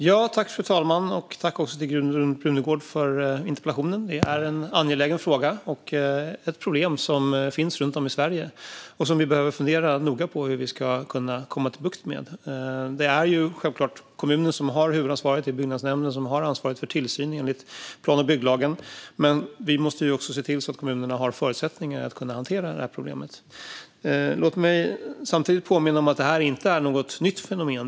Fru talman! Tack, Gudrun Brunegård, för interpellationen! Det är en angelägen fråga och ett problem som finns runt om i Sverige och som vi behöver fundera noga på hur vi ska kunna få bukt med. Det är självklart byggnadsnämnden i kommunerna som har huvudansvaret för tillsyn enligt plan och bygglagen. Men vi måste också se till att kommunerna har förutsättningar att hantera det här problemet. Låt mig samtidigt påminna om att det här inte är något nytt fenomen.